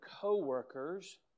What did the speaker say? co-workers